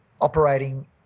operating